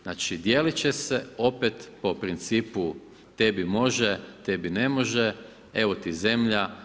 Znači dijelit će se opet po principu tebi može, tebi ne može, evo ti zemlja.